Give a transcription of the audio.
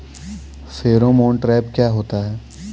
Pheromone trap क्या होता है?